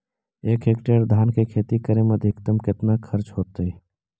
एक हेक्टेयर धान के खेती करे में अधिकतम केतना खर्चा होतइ?